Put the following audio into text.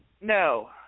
No